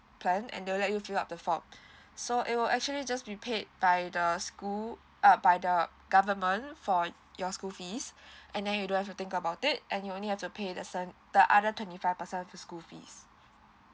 plan and they will let you fill up the form so it will actually just be paid by the school uh by the government for your school fees and then you don't have to think about it and you only have to pay the seven the other twenty five percent of the school fees